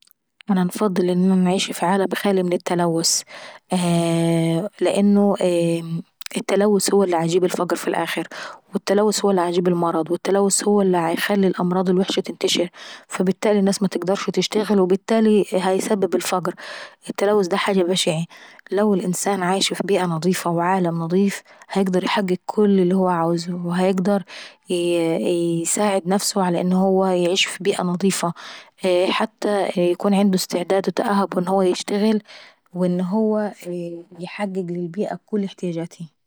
انا انفصل انا انا نعيش في عالم خالي من التلوث. لأنه التلوث هو اللي عيجيب الفقر في الآخر، التلوث هو اللي عيجيب المرض، وهو اللي عيخلي الأمراض الوحشة تنتشر. فالبتالي الناس متقدرش تشتغل وبالتالي هيسبب الفقر. التلوث دا حاجة بشعي، لو الانسان عايش في بيئة نضيفة وفي مكان نضيف هيقدر يحقق كل اللي هو عاوز، وهيقدرايساعد نفسه ان هو يعيش في بيئة نضيفة حتى يكون عنده استعداد وتأهب ان هو يشتغل ويحقق للبيئة كل احتيجاتها.